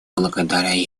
благодаря